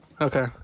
Okay